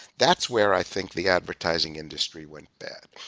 that's where, i think, the advertising industry went bad.